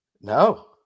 No